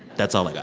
that's all i got.